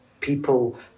people